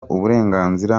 uburenganzira